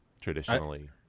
traditionally